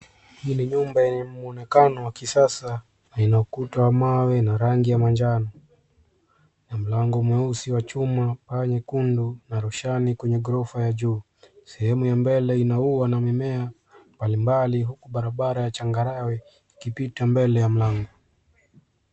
Hii ni nyumba yenye mwonekano wa kisasa na ina ukuta wa mawe na rangi ya majano. Na mlango mweusi wa chuma, paa nyekundu na roshani kwenye ghorofa ya juu. Sehemu ya mbele ina ua na mimea mbalimbali huku barabara ya changarawe ikipita mbele ya mlango.